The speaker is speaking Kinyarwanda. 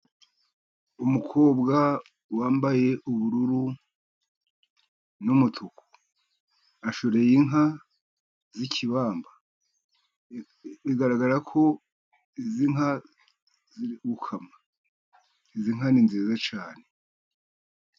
Umukobwa wambaye ubururu n'umutuku. Ashoreye inka z'ikibamba. Bigaragara ko izi nka ziri gukamwa. Izi nka ni nziza cyane.